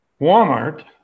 Walmart